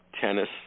tennis